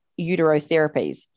uterotherapies